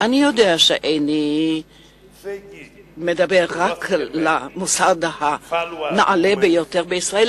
אני יודע שאיני מדבר רק אל המוסד הנעלה ביותר בישראל,